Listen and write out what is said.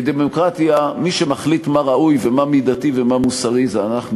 כי בדמוקרטיה מי שמחליט מה ראוי ומה מידתי ומה מוסרי זה אנחנו,